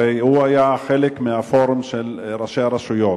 הרי הוא היה חלק מהפורום של ראשי הרשויות.